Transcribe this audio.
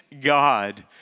God